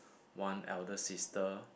one elder sister